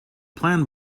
plan